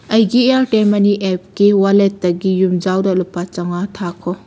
ꯑꯩꯒꯤ ꯏꯌꯥꯔꯇꯦꯜ ꯃꯅꯤ ꯑꯦꯞꯀꯤ ꯋꯥꯂꯦꯠꯇꯒꯤ ꯌꯨꯝꯖꯥꯎꯗ ꯂꯨꯄꯥ ꯆꯃꯉꯥ ꯊꯥꯈꯣ